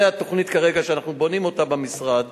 זו התוכנית שאנחנו בונים כרגע במשרד.